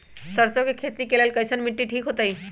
सरसों के खेती के लेल कईसन मिट्टी ठीक हो ताई?